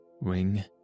Ring